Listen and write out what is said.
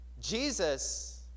Jesus